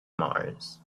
mars